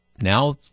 now